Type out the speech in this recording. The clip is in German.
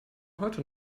heute